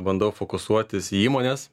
bandau fokusuotis į įmones